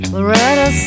Loretta